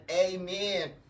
Amen